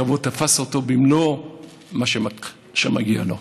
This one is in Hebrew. הכבוד תפס אותו במלוא מה שמגיע לו,